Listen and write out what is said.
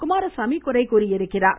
Kumaraswamy குறைகூறியிருக்கிறார்